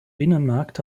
binnenmarkt